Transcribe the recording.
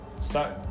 start